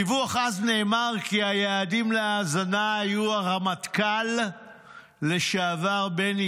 בדיווח אז נאמר כי היעדים להאזנה היו הרמטכ"ל לשעבר בני